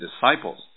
disciples